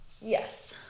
Yes